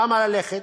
למה ללכת?